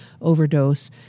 overdose